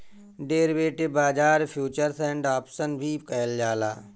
derivative बाजार futures and option भी कहल जाला